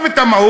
עזוב את המהות,